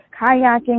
kayaking